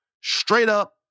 straight-up